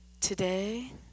Today